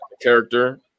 character